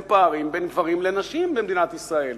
פערים בין גברים לנשים במדינת ישראל,